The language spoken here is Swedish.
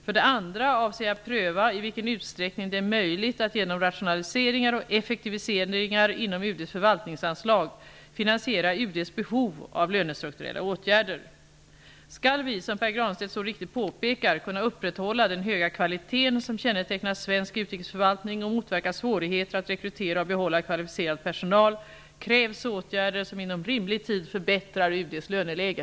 För det andra avser jag pröva i vilken utsträckning det är möjligt att genom rationaliseringar och effektiviseringar inom UD:s förvaltningsanslag finansiera UD:s behov av lönestrukturella åtgärder. Skall vi, som Pär Granstedt så riktigt påpekar, kunna upprätthålla den höga kvaliteten som kännetecknar svensk utrikesförvaltning och motverka svårigheter att rekrytera och behålla kvalificerad personal krävs åtgärder som inom rimlig tid förbättrar UD:s löneläge.